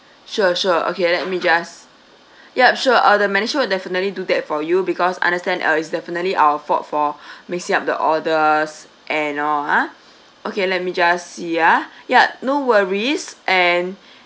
sure sure okay let me just yup sure uh the management will definitely do that for you because understand uh is definitely our fault for mixed up the orders and or uh okay let me just see uh ya no worries and